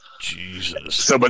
Jesus